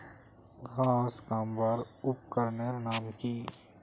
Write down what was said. घांस कमवार उपकरनेर नाम की?